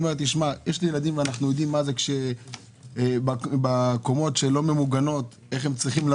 יש לי ילדים ואנחנו יודעים איך בקומות שאינן ממוגנות הם צריכים לרוץ.